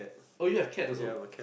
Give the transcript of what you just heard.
oh you have cat also